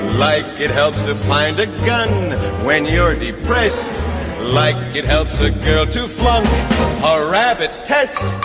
like it helps to find a gun when you're depressed like it helps a girl to fly a rabbit test,